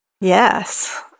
Yes